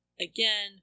again